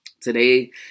Today